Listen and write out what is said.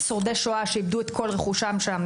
זה פגע בזכויות של שורדי שואה שאיבדו את כל רכושם שם.